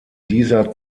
dieser